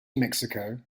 mexico